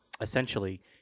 Essentially